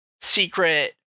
secret